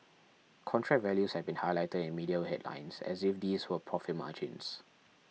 contract values have been highlighted in media headlines as if these were profit margins